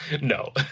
no